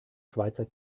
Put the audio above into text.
schweizer